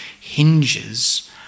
hinges